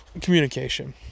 communication